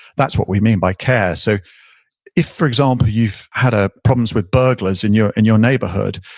that's what we mean by care. so if, for example, you've had ah problems with burglars in your and your neighborhood,